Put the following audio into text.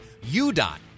UDOT